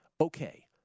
Okay